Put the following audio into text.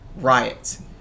riots